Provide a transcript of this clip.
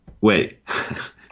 Wait